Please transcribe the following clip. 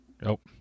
Nope